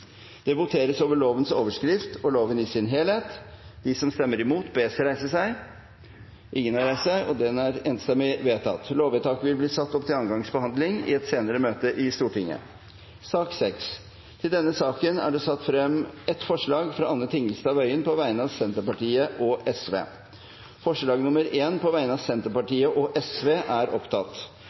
Det voteres så over komiteens innstilling til resten av I og II. Det voteres over lovens overskrift og loven i sin helhet. Lovvedtaket vil bli ført opp til andre gangs behandling i et senere møte i Stortinget. Under debatten er det satt frem ett forslag fra Anne Tingelstad Wøien på vegne av Senterpartiet og Sosialistisk Venstreparti. Forslaget lyder: «Stortinget ber regjeringen komme tilbake til Stortinget med forslag